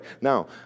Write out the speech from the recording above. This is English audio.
Now